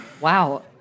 Wow